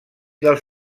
dels